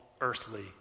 earthly